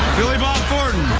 billy bob thornton